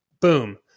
boom